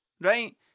right